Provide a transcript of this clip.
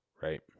right